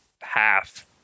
half